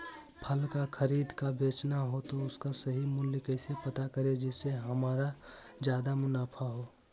फल का खरीद का बेचना हो तो उसका सही मूल्य कैसे पता करें जिससे हमारा ज्याद मुनाफा हो?